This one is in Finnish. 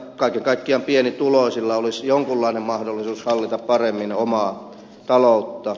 kaiken kaikkiaan pienituloisilla olisi jonkunlainen mahdollisuus hallita paremmin omaa talouttaan